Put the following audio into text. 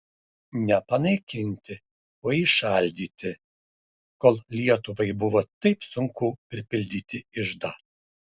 ne panaikinti o įšaldyti kol lietuvai buvo taip sunku pripildyti iždą